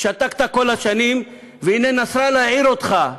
שתקת כל השנים, והנה נסראללה העיר אותך.